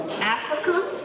Africa